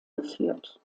geführt